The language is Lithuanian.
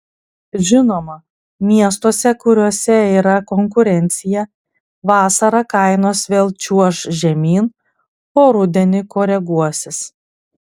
žinoma miestuose kuriuose yra konkurencija vasarą kainos vėl čiuoš žemyn o rudenį koreguosis